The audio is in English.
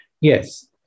Yes